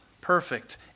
perfect